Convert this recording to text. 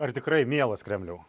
ar tikrai mielas kremliau